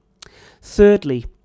Thirdly